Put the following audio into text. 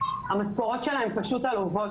המשכורות שלהן פשוט עלובות.